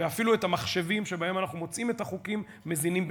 ואפילו את המחשבים שבהם אנחנו מוצאים את החוקים מזינים בני-אדם.